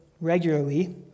regularly